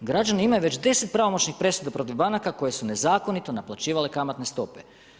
Građani imaju već 10 pravomoćnih presuda protiv banaka koje su nezakonito naplaćivale kamatne stope.